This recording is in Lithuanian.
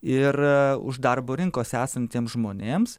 ir už darbo rinkos esantiems žmonėms